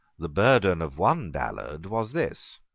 the burden of one ballad was this